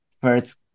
first